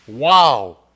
Wow